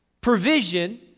provision